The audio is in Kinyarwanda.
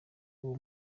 uwo